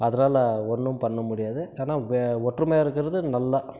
அதனாலே ஒன்றும் பண்ண முடியாது ஏனால் வே ஒற்றுமையாக இருக்கிறது நல்லா